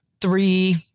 three